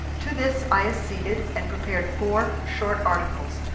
to this i acceded and prepared four short articles,